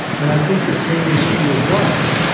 and i think the same is true of love.